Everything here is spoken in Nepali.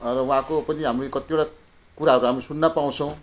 र उहाँको पनि हामी कतिवटा कुराहरू हामी सुन्न पाउँछौँ